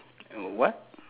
uh what